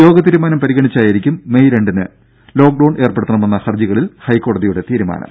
യോഗതീരുമാനം പരിഗണിച്ചായിരിക്കും മെയ് രണ്ടിന് ലോക്ഡൌൺ ഏർപ്പെടുത്തണമെന്ന ഹർജികളിൽ ഹൈക്കോടതിയുടെ തീരുമാനം